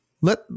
let